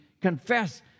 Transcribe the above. confess